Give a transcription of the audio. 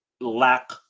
lack